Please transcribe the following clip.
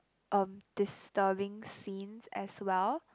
um disturbing scenes as well